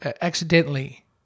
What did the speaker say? accidentally